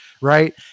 Right